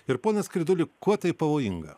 ir ponas skriduli kuo tai pavojinga